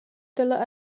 dalla